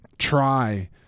Try